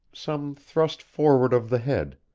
some thrust forward of the head,